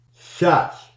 shots